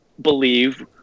believe